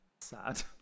Sad